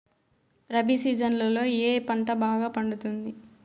రబి సీజన్లలో ఏ రకం పంట బాగా పండుతుంది